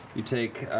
you take